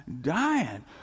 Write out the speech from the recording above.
dying